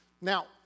Now